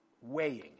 weighing